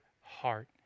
heart